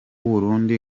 burundi